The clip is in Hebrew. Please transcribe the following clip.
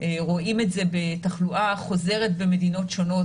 רואים את זה בתחלואה חוזרת במדינות שונות,